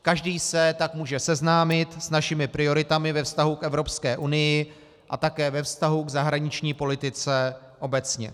Každý se tak může seznámit s našimi prioritami ve vztahu k Evropské unii a také ve vztahu k zahraniční politice obecně.